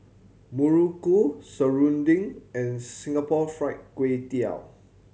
muruku serunding and Singapore Fried Kway Tiao